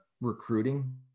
recruiting